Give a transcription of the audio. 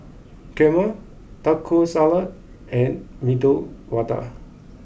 Kheema Taco Salad and Medu Vada